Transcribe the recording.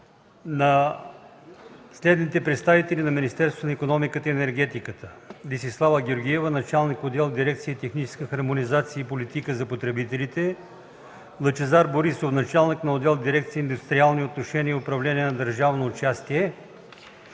на следните представители на Министерството на икономиката и енергетиката: Десислава Георгиева – началник отдел в дирекция „Техническа хармонизация и политика за потребителите“, Лъчезар Борисов – началник на отдел в дирекция „Индустриални отношения и управление на държавно участие“,